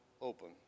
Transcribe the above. open